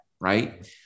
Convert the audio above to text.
right